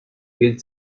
gehen